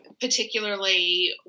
particularly